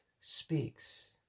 speaks